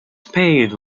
paved